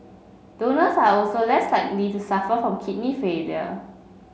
donors are also less likely to suffer from kidney failure